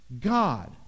God